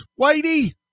Whitey